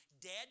dead